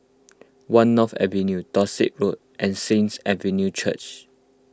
one North Avenue Dorset Road and Saints Avenue Church